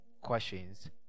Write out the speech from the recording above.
questions